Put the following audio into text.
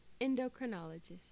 endocrinologist